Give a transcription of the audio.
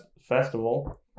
festival